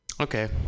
okay